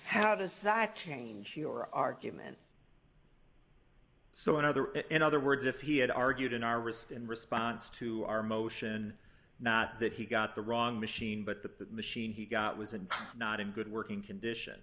how does that change your argument so in other in other words if he had argued in our risk in response to our motion not that he got the wrong machine but the machine he got was and not in good working condition